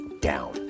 down